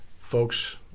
folks